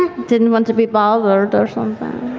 didn't want to be bothered or something.